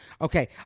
Okay